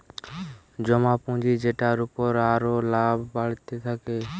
জমা পুঁজি যেটার উপর আরো লাভ বাড়তে থাকে